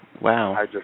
Wow